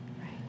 Right